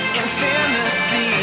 infinity